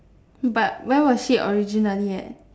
but where was she originally at